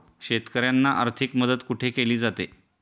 शेतकऱ्यांना आर्थिक मदत कुठे केली जाते?